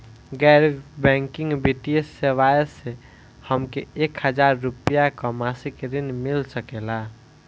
गैर बैंकिंग वित्तीय सेवाएं से हमके एक हज़ार रुपया क मासिक ऋण मिल सकेला?